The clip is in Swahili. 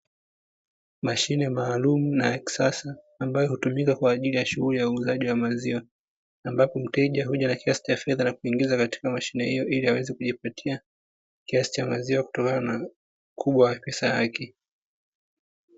Mashine maalumu na ya kisasa ambayo hutumika katika shughuli ya huuzaji wa maziwa, ambapo mteja huja na kiasi cha fedha na kuingiza katika mashine hiyo na kujipatia maziwa kutokana na ukubwa wa pesa yake.